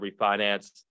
refinance